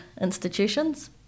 institutions